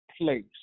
place